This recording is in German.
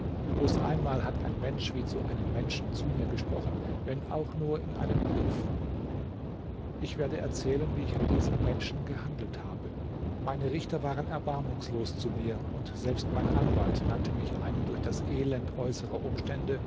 bloß einmal hat ein mensch wie zu einem menschen zu mir gesprochen wenn auch nur in einem brief ich werde erzählen wie ich an diesem menschen gehandelt habe meine richter waren erbarmungslos zu mir und selbst mein anwalt nannte mich einen durch das elend äußerer umstände